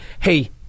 hey